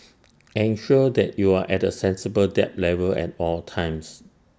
ensure that you are at A sensible debt level at all times